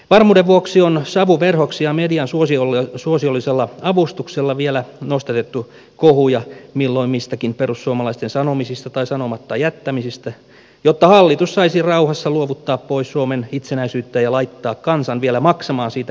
varmuuden vuoksi on savuverhoksi ja median suosiollisella avustuksella vielä nostatettu kohuja milloin mistäkin perussuomalaisten sanomisista tai sanomatta jättämisistä jotta hallitus saisi rauhassa luovuttaa pois suomen itsenäisyyttä ja laittaa kansan vielä maksamaan siitä hirmuisia summia